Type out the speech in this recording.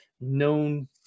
known